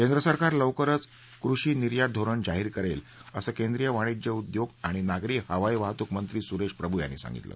केंद्र सरकार लवकरच कृषी निर्यात धोरण जाहीर करेल असं केंद्रीय वाणिज्य उद्योग आणि नागरी हवाई वाहतूक मंत्री सुरेश प्रभू यांनी सांगितलं